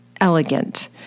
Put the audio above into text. elegant